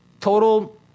total